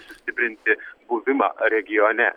sustiprinti buvimą regione